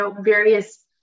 various